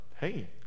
hey